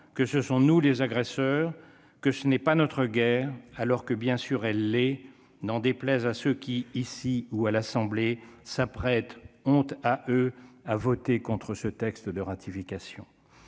que ce sont nous, les agresseurs, que ce n'est pas notre guerre alors que bien sûr elle est, n'en déplaise à ceux qui, ici ou à l'Assemblée s'apprête, honte à eux, a voté contre ce texte de ratification